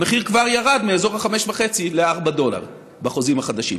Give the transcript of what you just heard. המחיר כבר ירד מאזור ה-5.5 ל-4 דולר בחוזים החדשים.